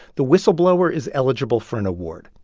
the whistleblower is eligible for an award.